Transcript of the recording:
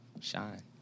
shine